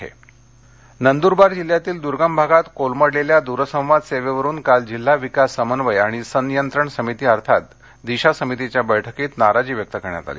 दरसंवाद नंदरवार नंदरबार जिल्ह्यातील दर्गम भागात कोलमडलेल्या दरसंवाद सेवेवरुन काल जिल्हा विकास समन्वय आणि सनियंत्रन समिती अर्थात दिशा समितीच्या बैठकीत नाराजी व्यक्त करण्यात आली